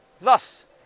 Thus